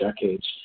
decades